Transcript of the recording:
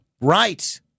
Right